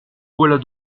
voilà